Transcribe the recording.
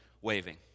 waving